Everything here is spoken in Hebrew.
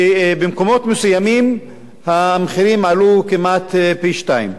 כשבמקומות מסוימים המחירים עלו כמעט פי-שניים.